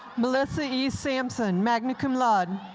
melissa e. sampson, magna cum laude.